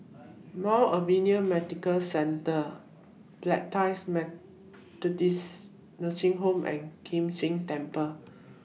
Mount Alvernia Medical Centre Bethany Methodist Nursing Home and Kim San Temple